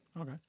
Okay